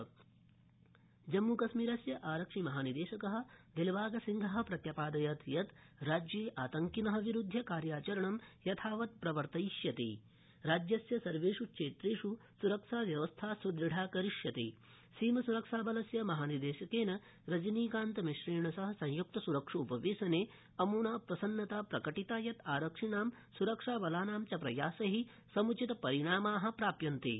जम्मकश्मीरसरक्षा जम्मूकश्मीरस्य आरक्षिमहानिदेशक दिलबागसिंह प्रत्य ादयत् यत् राज्ये आतङकिन विरुध्य कार्याचरणं यथावत् प्रवर्तयिष्यति राज्यस्य सर्वेष् जन देष् स्रक्षा व्यवस्था सुदृढ़ा करिष्यते सीमस्रक्षाबलस्य महानिदेशकेन रजनीकान्तमिश्रेण सह संय्क्त स्रक्षो वेशने अम्ना प्रसन्नता प्रकटिता यत् आरक्षिणां स्रक्षाबलानां च प्रयासै सम्चित रिणामा प्राप्यन्ते